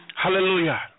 Hallelujah